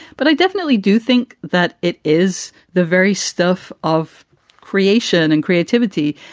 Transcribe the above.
but i definitely do think that it is the very stuff of creation and creativity.